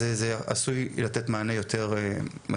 אז זה עשוי לתת מענה יותר מתאים,